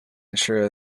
ensure